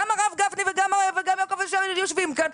גם הרב גפני וגם יעקב אשר יושבים כאן,